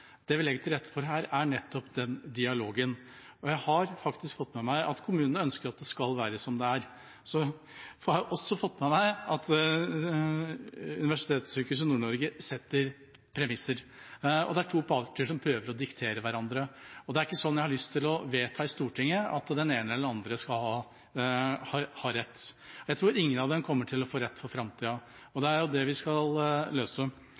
Det vi legger til rette for her, er nettopp den dialogen, og jeg har faktisk fått med meg at kommunene ønsker at det skal være som det er. Så har jeg også fått med meg at Universitetssykehuset Nord-Norge setter premisser, og det er to parter som prøver å diktere hverandre. Og det er ikke sånt jeg har lyst til å vedta i Stortinget, at den ene eller den andre skal ha rett. Jeg tror ingen av dem kommer til å få rett for framtida, og det er jo det vi skal løse.